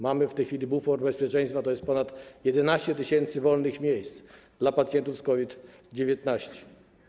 Mamy w tej chwili bufor bezpieczeństwa, to jest ponad 11 tys. wolnych miejsc dla pacjentów z COVID-19.